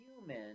human